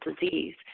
disease